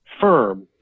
firm